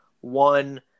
one